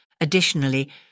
Additionally